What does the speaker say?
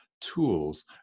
tools